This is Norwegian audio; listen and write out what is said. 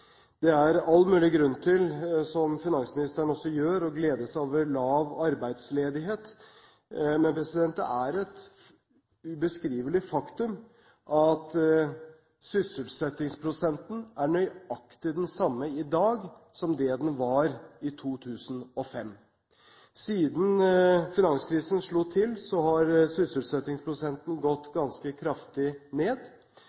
Det er all mulig grunn til å glede seg – som finansministeren også gjør – over lav arbeidsledighet. Men det er et ubestridelig faktum at sysselsettingsprosenten er nøyaktig den samme i dag som det den var i 2005. Siden finanskrisen slo til, har sysselsettingsprosenten gått